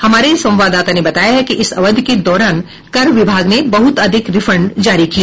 हमारे संवाददाता ने बताया है कि इस अवधि के दौरान कर विभाग ने बहुत अधिक रिफंड जारी किए